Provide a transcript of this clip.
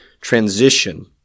transition